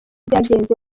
byagenze